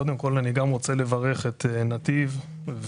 קודם כל אני גם רוצה לברך את נתיב והסוכנות